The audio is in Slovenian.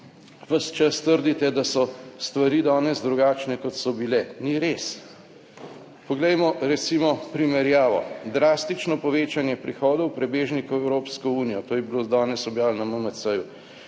ves čas trdite, da so stvari danes drugačne, kot so bile. Ni res. Poglejmo recimo primerjavo. Drastično povečanje prihodov prebežnikov v Evropsko unijo. To je bilo danes objavljeno na MMC-ju.